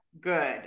good